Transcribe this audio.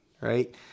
right